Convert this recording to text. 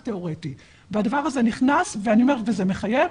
והדבר הזה נכנס והוא מחייב.